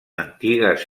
antigues